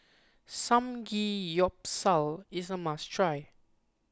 Samgyeopsal is a must try